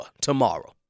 tomorrow